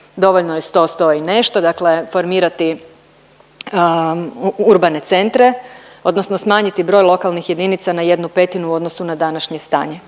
dovoljno je sto, sto i nešto, dakle formirati urbane centre odnosno smanjiti broj lokalnih jedinica na jednu petinu u odnosu na današnje stanje.